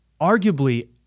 arguably